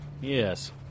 Yes